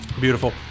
Beautiful